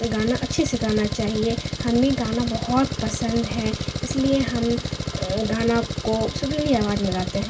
گانا اچھیے سے گانا چاہیے ہمیں گانا بہت پسند ہے اس لیے ہم گانا کو سریلی آواج میں گاتے ہیں